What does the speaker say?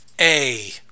A-